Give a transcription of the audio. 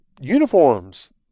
uniforms